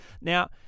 Now